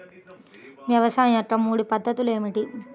వ్యవసాయం యొక్క మూడు పద్ధతులు ఏమిటి?